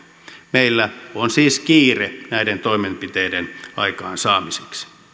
meillä on siis kiire näiden toimenpiteiden aikaansaamiseksi